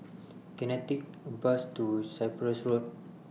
Can I Take A Bus to Cyprus Road